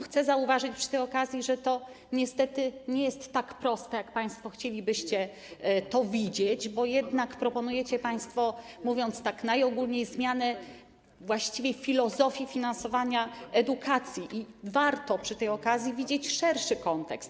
Chcę zauważyć przy tej okazji, że to niestety nie jest tak proste, jak państwo chcielibyście to widzieć, bo jednak proponujecie państwo, mówiąc najogólniej, zmianę właściwie filozofii finansowania edukacji i warto przy tej okazji widzieć szerszy kontekst.